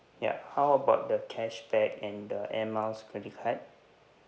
ya how about the cashback and the air miles credit card